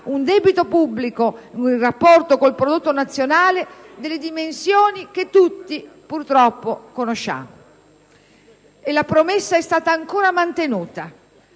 un debito pubblico, in rapporto con il prodotto nazionale, delle dimensioni che tutti, purtroppo, conosciamo. E la promessa è stata ancora mantenuta.